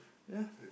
ya